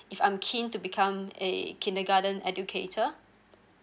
if I'm keen to become a kindergarten educator